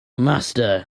master